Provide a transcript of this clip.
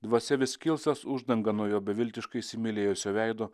dvasia vis kilstels uždangą nuo jo beviltiškai įsimylėjusio veido